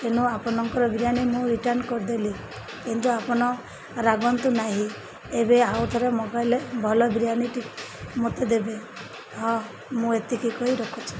ତେଣୁ ଆପଣଙ୍କର ବିରିୟାନୀ ମୁଁ ରିଟର୍ଣ୍ଣ କରିଦେଲି କିନ୍ତୁ ଆପନ ରାଗନ୍ତୁ ନାହିଁ ଏବେ ଆଉ ଥରେ ମୋବାଇଲ୍ରେ ଭଲ ବିରିୟାନୀଟି ମୋତେ ଦେବେ ହଁ ମୁଁ ଏତିକି କହି ରଖୁଛି